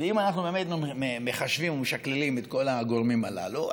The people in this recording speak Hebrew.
ואם אנחנו באמת מחשבים ומשקללים את כל הגורמים הללו,